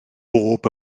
bob